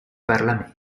parlamento